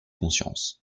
conscience